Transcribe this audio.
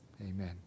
Amen